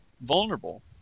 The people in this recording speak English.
vulnerable